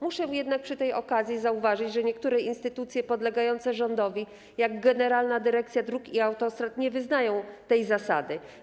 Muszę jednak przy tej okazji zauważyć, że niektóre instytucje podlegające rządowi, jak Generalna Dyrekcja Dróg Krajowych i Autostrad, nie wyznają tej zasady.